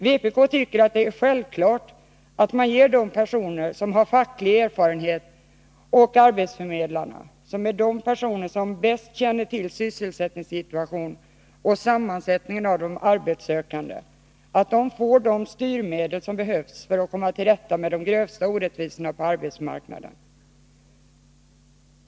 Vpk anser det självklart att man ger fackligt aktiva personer och arbetsförmedlare, dvs. folk som bäst känner till sysselsättningssituationen och sammansättningen av arbetssökande, de styrmedel som behövs för att komma till rätta med de grövsta orättvisorna på arbetsmarknaden.